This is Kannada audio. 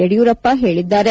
ಯಡಿಯೂರಪ್ಪ ಹೇಳಿದ್ದಾರೆ